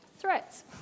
threats